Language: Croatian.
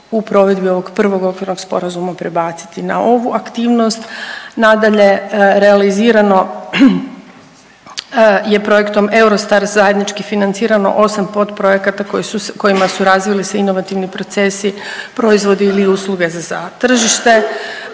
u provedbi ovog Prvog okvirnog sporazuma prebaciti na ovu aktivnost. Nadalje, realizirano je projektom Eurostars zajednički financirano 8 potprojekata kojima su razvili se inovativni procesi, proizvodi ili usluge za tržište.